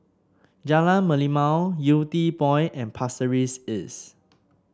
Jalan Merlimau Yew Tee Point and Pasir Ris East